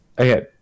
Okay